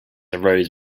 arose